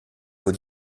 vos